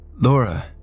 Laura